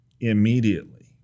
immediately